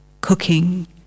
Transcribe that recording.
cooking